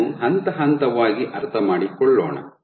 ಇದನ್ನು ಹಂತ ಹಂತವಾಗಿ ಅರ್ಥಮಾಡಿಕೊಳ್ಳೋಣ